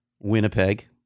Winnipeg